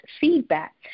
feedback